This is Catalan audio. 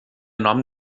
nom